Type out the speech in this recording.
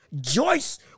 Joyce